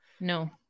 No